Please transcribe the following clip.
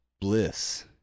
bliss